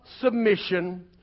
submission